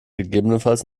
gegebenenfalls